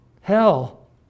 hell